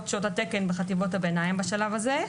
שעות התקן בחטיבות הביניים בשלב הזה.